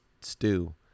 stew